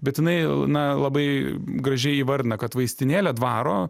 bet jinai na labai gražiai įvardina kad vaistinėlė dvaro